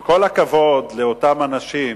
עם כל הכבוד לאותם אנשים,